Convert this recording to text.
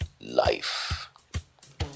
life